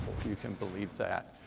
if you can believe that,